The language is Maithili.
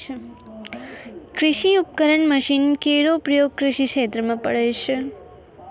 कृषि उपकरण मसीन केरो प्रयोग कृषि क्षेत्र म पड़ै छै